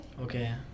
Okay